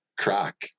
crack